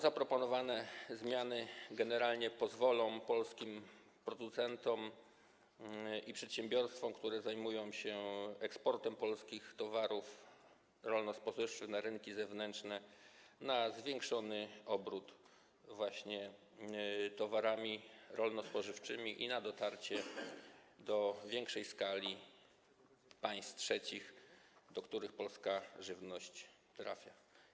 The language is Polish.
Zaproponowane zmiany generalnie pozwolą polskim producentom i przedsiębiorstwom zajmującym się eksportem polskich towarów rolno-spożywczych na rynki zewnętrzne na zwiększony obrót towarami rolno-spożywczymi i na dotarcie do większej liczby państw trzecich, do których polska żywność trafia.